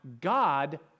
God